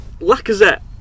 Lacazette